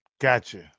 Gotcha